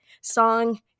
song